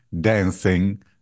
dancing